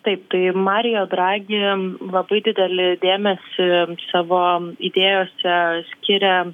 taip tai marijo dragi labai didelį dėmesį savo idėjose skiria